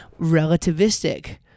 relativistic